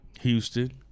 Houston